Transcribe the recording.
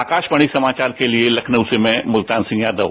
आकाशवाणी समाचार के लिए लखनऊ से मैं मुल्तान सिंह यादव